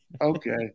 Okay